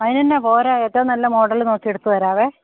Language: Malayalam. അയിനെന്നാ പോരേ എത്ര നല്ല മോഡല് നോക്കി എടുത്തു തരാമേ